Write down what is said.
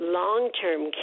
long-term